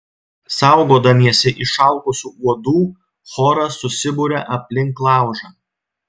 saugodamiesi išalkusių uodų choras susiburia aplink laužą